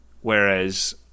whereas